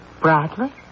Bradley